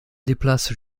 déplace